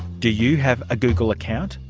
do you have a google account?